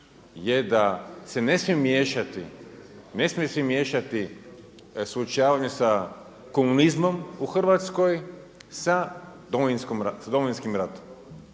miješati, ne smije se miješati suočavanje sa komunizmom u Hrvatskoj sa Domovinskim ratom.